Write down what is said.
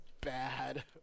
bad